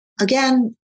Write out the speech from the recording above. again